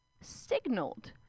signaled